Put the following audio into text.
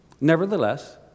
Nevertheless